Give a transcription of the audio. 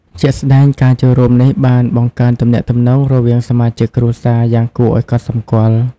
ជាក់ស្តែង ការចូលរួមនេះបាន បង្កើនទំនាក់ទំនង រវាងសមាជិកគ្រួសារយ៉ាងគួរឱ្យកត់សម្គាល់។